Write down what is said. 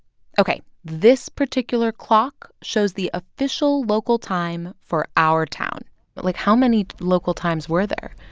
ok, this particular clock shows the official local time for our town but, like, how many local times were there?